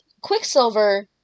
Quicksilver